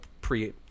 pre